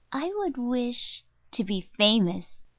i would wish to be famous,